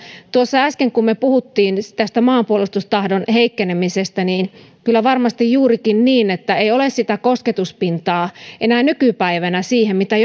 tuossa äsken kun me puhuimme tästä maanpuolustustahdon heikkenemisestä niin kyllä varmasti on juurikin niin että ei ole sitä kosketuspintaa enää nykypäivänä siihen mitä